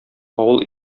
авыл